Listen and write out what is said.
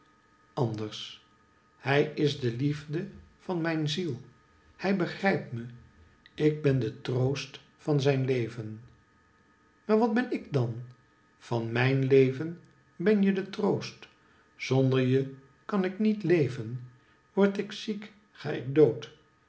anders hij is de liefde van mijn ziel hij begrijpt me ik ben de troost van zijn leven maar wat ben ik dan van mijn leven ben je de troost zonder je kan ik niet leven word ik ziek ga ik dood